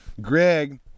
greg